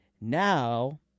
Now